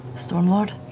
stormlord?